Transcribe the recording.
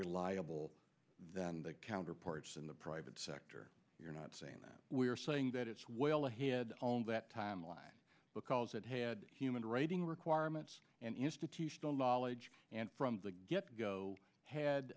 reliable than the counterparts in the private sector you're not saying that we're saying that it's well ahead on that timeline because it had human writing requirements and institutional knowledge and from the get go had